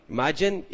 Imagine